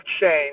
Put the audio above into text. change